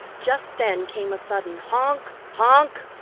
just then came a sudden honk, honk!